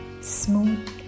Smooth